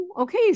okay